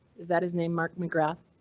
is that his name, mark mcgrath?